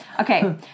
Okay